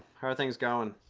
how are things going?